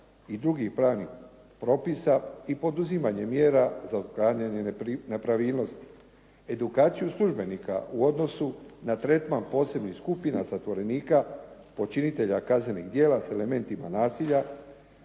i drugih pravnih propisa i poduzimanje mjera za otklanjanje nepravilnosti, edukaciju službenika u odnosu na tretman posebnih skupina zatvorenika počinitelja kaznenih djela s elementima nasilja,